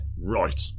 Right